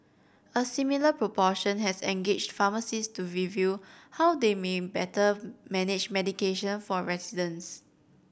a similar proportion has engaged pharmacists to review how they may better manage medication for residents